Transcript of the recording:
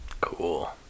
Cool